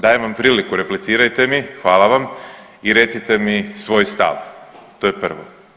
Dajem vam priliku, replicirajte mi, hvala vam i recite mi svoj stav, to je prvo.